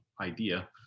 idea